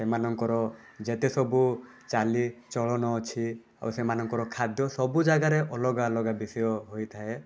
ସେମାନଙ୍କର ଯେତେ ସବୁ ଚାଲିଚଳନ ଅଛି ଓ ସେମାନଙ୍କର ଖାଦ୍ୟ ସବୁ ଜାଗାରେ ଅଲଗା ଅଲଗା ବିଷୟ ହୋଇଥାଏ